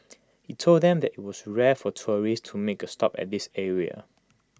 he told them that IT was rare for tourists to make A stop at this area